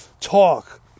talk